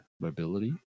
mobility